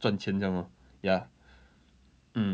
赚钱这样 lor ya mm